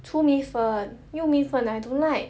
粗米粉幼米粉 I don't like